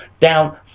down